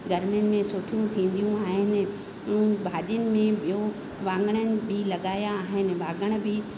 गर्मिन में सुठियूं थींदियूं आहिनि ऐं भाॼिनि में ॿियो वाङण बि लॻाया आहिनि वाङण बि